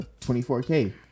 24K